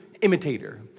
imitator